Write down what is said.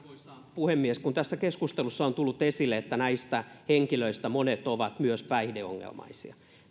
puhemies kun tässä keskustelussa on tullut esille että näistä henkilöistä monet ovat myös päihdeongelmaisia